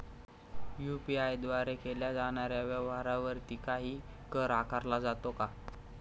UPI द्वारे केल्या जाणाऱ्या व्यवहारावरती काही कर आकारला जातो का?